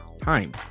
time